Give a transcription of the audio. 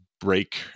break